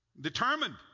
Determined